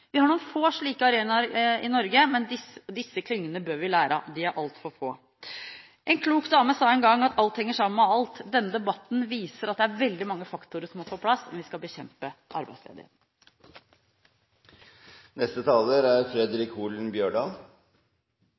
Vi har noen få slike arenaer i Norge, og disse klyngene bør vi lære av. De er altfor få. En klok dame sa en gang at alt henger sammen med alt. Denne debatten viser at det er veldig mange faktorer som må på plass hvis vi skal bekjempe